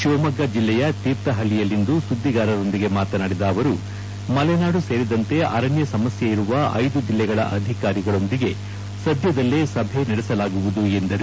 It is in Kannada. ಶಿವಮೊಗ್ಗ ಜಿಲ್ಲೆಯ ತೀರ್ಥಹಳ್ಳಿಯಲ್ಲಿಂದು ಸುದ್ದಿಗಾರರೊಂದಿಗೆ ಮಾತನಾಡಿದ ಅವರು ಮಲೆನಾಡು ಸೇರಿದಂತೆ ಅರಣ್ಣ ಸಮಸ್ತೆ ಇರುವ ಐದು ಜಿಲ್ಲೆಗಳ ಅಧಿಕಾರಿಗಳೊಂದಿಗೆ ಸದ್ದದಲ್ಲೇ ಸಭೆ ನಡೆಸಲಾಗುವುದು ಎಂದರು